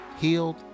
healed